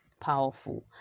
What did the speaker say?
powerful